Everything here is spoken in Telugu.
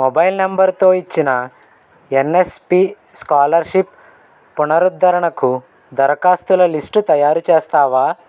మొబైల్ నంబర్తో ఇచ్చిన ఎన్ఎస్పి స్కాలర్షిప్ పునరుద్ధరణకు దరఖాస్తుల లిస్టు తయారు చేస్తావా